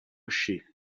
sci